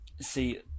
See